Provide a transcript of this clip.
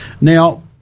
Now